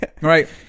Right